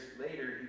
later